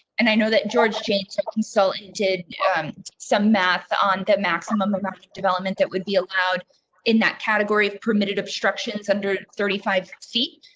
and i know that george junior consultant did some math on that maximum development. that would be allowed in that category of permitted obstructions under thirty five feet.